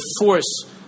force